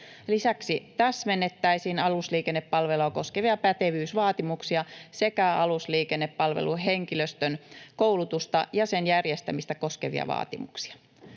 Lisäksi täsmennettäisiin alusliikennepalvelua koskevia pätevyysvaatimuksia sekä alusliikennepalveluhenkilöstön koulutusta ja sen järjestämistä koskevia vaatimuksia.